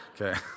Okay